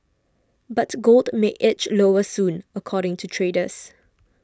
but gold may edge lower soon according to traders